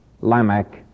Lamech